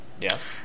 Yes